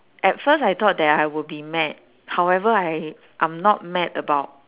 at first I thought that I would be mad however I I'm not mad about